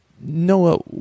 Noah